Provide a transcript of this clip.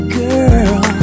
girl